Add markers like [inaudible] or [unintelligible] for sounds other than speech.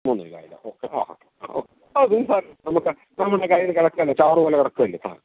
മൂന്ന് [unintelligible] ഓക്കെ ആ ആ ഓ [unintelligible] നമ്മള്ക്കു നമ്മുടെ കയ്യില് കിടക്കുകയല്ലേ ചവറു പോലെ കിടക്കുകയല്ലേ സാധനം